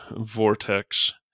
vortex